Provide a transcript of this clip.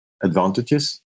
advantages